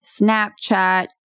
Snapchat